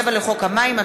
27 לחוק המים.